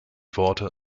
worte